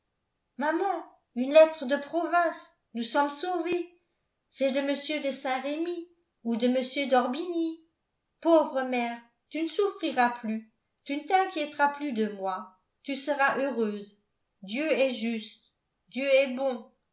maman une lettre de province nous sommes sauvés c'est de m de saint-remy ou de m d'orbigny pauvre mère tu ne souffriras plus tu ne t'inquiéteras plus de moi tu seras heureuse dieu est juste dieu est bon